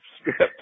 script